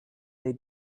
they